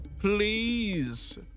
Please